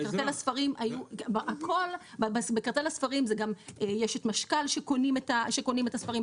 בקרטל הספרים גם יש את משכ"ל שקונים את הספרים,